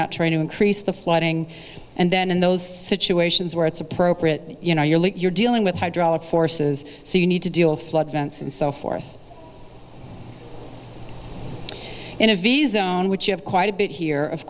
not trying to increase the flooding and then in those situations where it's appropriate you know you're late you're dealing with hydraulic forces so you need to deal flood events and so forth in a visa on which you have quite a bit here of